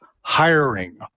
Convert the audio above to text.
hiring